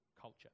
culture